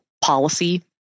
policy